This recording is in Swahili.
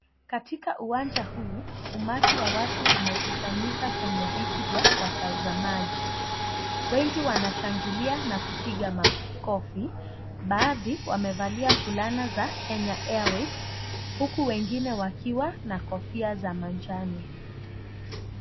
Katika uwanja huu, umati wa watu umekusanyika kwenye viti vya watazamaji. Wengi wanashangilia na kupiga makofi. Baadhi wamevalia fulana za Kenya Airways huku wengine wakiwa na kofia za majani.